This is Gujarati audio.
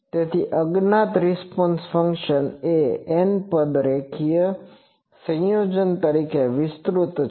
તેથી અજ્ઞાત રિસ્પોન્સ ફંક્શન એ n પદના રેખીય સંયોજન તરીકે વિસ્તૃત છે